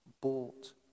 bought